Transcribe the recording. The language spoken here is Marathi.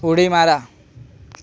उडी मारा